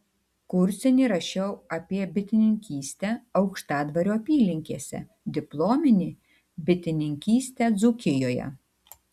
kursinį rašiau apie bitininkystę aukštadvario apylinkėse diplominį bitininkystę dzūkijoje